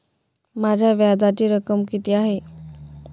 माझ्या व्याजाची रक्कम किती आहे?